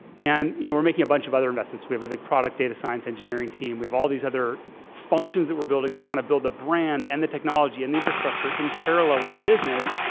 and you know we're making a bunch of other investments. we have a big product data science engineering team, we have all these other functions that we're building to kind of build the brand, and the technology, and the infrastructure in parallel with the business.